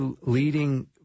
leading